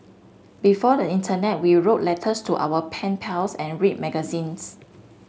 before the internet we wrote letters to our pen pals and read magazines